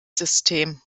system